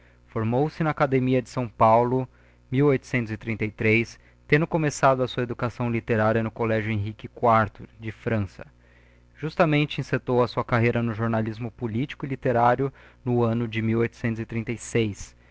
se na academia de s paulo e tendo começado a sua educação literária no collegio henrique iv de frança justamente encetou a sua carreira no jornalismo politico e literário no anno de